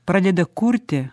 pradeda kurti